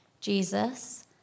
Jesus